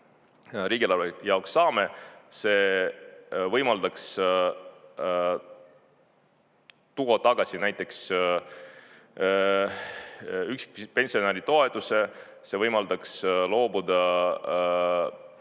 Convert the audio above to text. riigieelarve jaoks saame, see võimaldaks tuua tagasi näiteks üksiku pensionäri toetuse, see võimaldaks loobuda